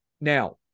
Now